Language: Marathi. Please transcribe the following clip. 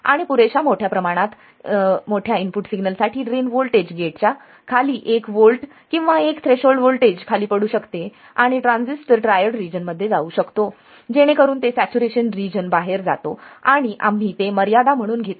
आणि पुरेशा मोठ्या इनपुट सिग्नलसाठी ड्रेन व्होल्टेज गेटच्या खाली एक व्होल्ट किंवा एक थ्रेशोल्ड व्होल्टेज खाली पडू शकते आणि ट्रान्झिस्टर ट्रायोड रिजन मध्ये जाऊ शकतो जेणेकरून ते सॅच्युरेशन रिजन बाहेर जातो आणि आम्ही ते मर्यादा म्हणून घेतो